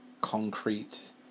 concrete